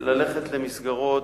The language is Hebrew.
ללכת למסגרות,